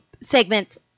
segments